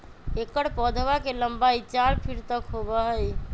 एकर पौधवा के लंबाई चार फीट तक होबा हई